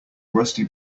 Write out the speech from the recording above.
rusty